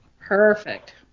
Perfect